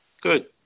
Good